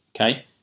okay